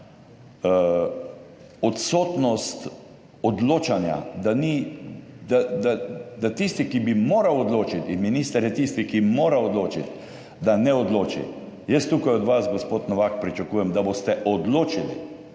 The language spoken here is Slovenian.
odsotnost odločanja, da ni, da tisti, ki bi moral odločiti, minister je tisti, ki mora odločiti, da ne odloči. Jaz tukaj od vas, gospod Novak pričakujem, da boste odločili,